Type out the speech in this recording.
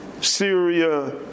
Syria